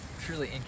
truly